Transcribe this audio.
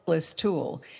tool